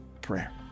prayer